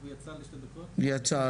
יצא?